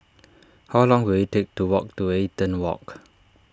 how long will it take to walk to Eaton Walk